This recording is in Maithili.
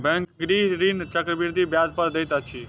बैंक गृह ऋण चक्रवृद्धि ब्याज दर पर दैत अछि